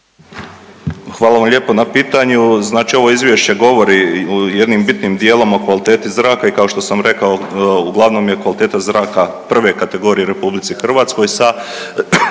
Hvala vam lijepo na pitanju. Znači ovo izvješće govori jednim bitnim dijelom o kvaliteti zraka i kao što sam rekao uglavnom je kvaliteta zraka prve kategorije u RH sa